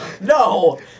No